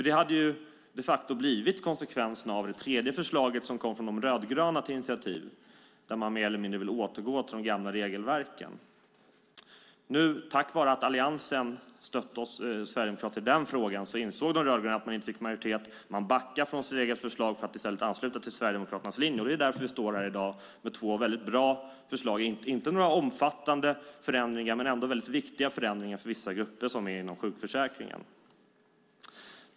Det hade de facto blivit konsekvensen av det tredje förslaget i det initiativ som kom från de rödgröna. Där vill man mer eller mindre återgå till de gamla regelverken. Tack vare att Alliansen stötte oss sverigedemokrater i den frågan insåg de rödgröna att de inte fick majoritet. De backade från sitt eget förslag för att i stället ansluta sig till Sverigedemokraternas linje. Det är därför vi står här i dag med två väldigt bra förslag - inte några omfattande förändringar men ändå mycket viktiga förändringar för vissa grupper som finns inom sjukförsäkringen.